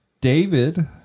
David